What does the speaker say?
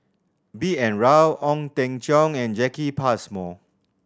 B N Rao Ong Teng Cheong and Jacki Passmore